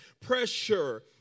pressure